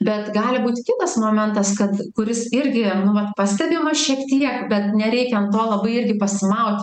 bet gali būt kitas momentas kad kuris irgi nu vat pastebimas šiek tiek bet nereikia ant to labai irgi pasimauti